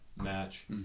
match